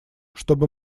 чтобы